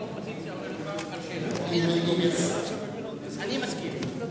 אני מסכים.